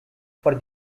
for